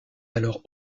alors